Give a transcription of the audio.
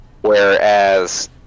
Whereas